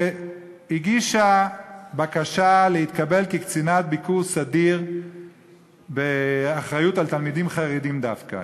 שהגישה בקשה להתקבל כקצינת ביקור סדיר באחריות לתלמידים חרדים דווקא,